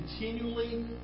continually